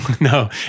No